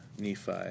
Nephi